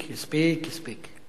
הספיק, הספיק,